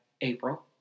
April